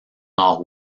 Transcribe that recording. nord